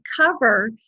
cover